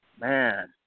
man